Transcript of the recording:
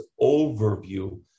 overview